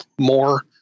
more